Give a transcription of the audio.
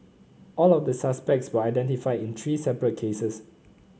all of the suspects were identified in three separate cases